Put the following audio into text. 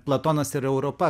platonas ir europa